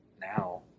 now